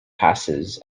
passes